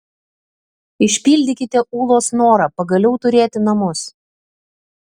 išpildykite ūlos norą pagaliau turėti namus